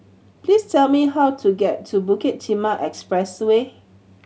please tell me how to get to Bukit Timah Expressway